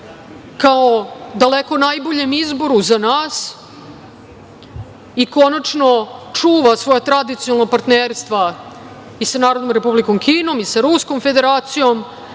kao daleko najboljem izboru za nas i konačno čuva svoje tradicionalna partnerstva i sa NRK, i sa Ruskom Federacijom,